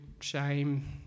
shame